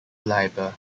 libre